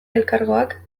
elkargoak